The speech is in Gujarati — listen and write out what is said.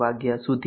વાગ્યા સુધી